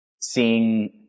seeing